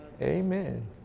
Amen